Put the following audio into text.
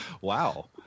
Wow